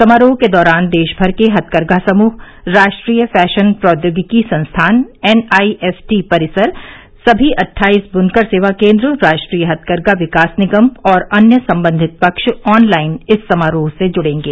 समारोह के दौरान देश भर के हथकरघा समूह राष्ट्रीय फैशन प्रौद्योगिकी संस्थान एनआईएफटी परिसर सभी अट्ठाईस बुनकर सेवा केन्द्र राष्ट्रीय हथकरघा विकास निगम और अन्य संबंधित पक्ष ऑनलाइन इस समारोह से जुड़ेंगे